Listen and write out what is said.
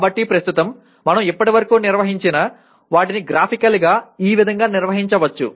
కాబట్టి ప్రస్తుతం మనం ఇప్పటివరకు నిర్వహించిన వాటిని గ్రాఫికల్గా ఈ విధంగా నిర్వహించవచ్చు